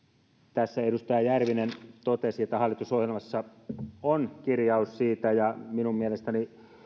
tässä edustaja järvinen totesi että hallitusohjelmassa on kirjaus siitä ja minun mielestäni